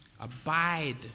abide